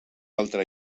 altre